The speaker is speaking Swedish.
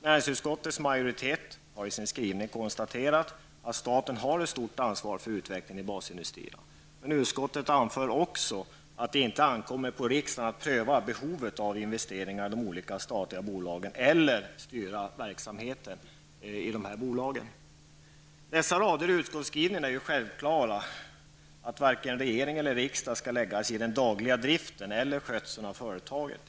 Näringsutskottets majoritet har i sin skrivning konstaterat att staten har ett stort ansvar för utvecklingen i basindustrierna. Utskottet anför också att det inte ankommer på riksdagen att pröva behovet av investeringar i olika statliga bolag eller att styra verksamheten i dessa bolag. Dessa rader i utskottsskrivningen är självklara. Varken regering eller riksdag skall lägga sig i den dagliga driften eller skötseln av företagen.